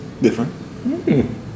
different